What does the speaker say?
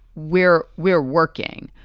where we're working,